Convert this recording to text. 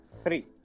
Three